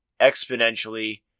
exponentially